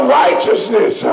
righteousness